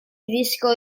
ddisgwyl